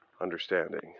understanding